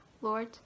Lord